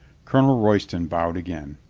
colonel royston bowed again.